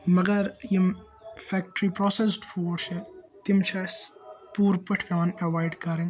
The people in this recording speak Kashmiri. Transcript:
مگَر یِم فیٚکٹری پراسیٚسٕڈ فُڈ چھِ تِم چھِ اَسہِ پورٕ پٲٹھۍ پیٚوان ایٚوایِڈ کَرٕنۍ